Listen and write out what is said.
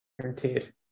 Guaranteed